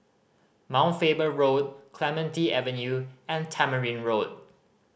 Mount Faber Road Clementi Avenue and Tamarind Road